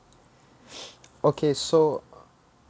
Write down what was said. okay so